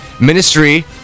ministry